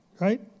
right